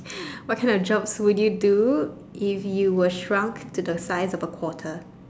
what kind of jobs would you do if you were shrunk to the size of a quarter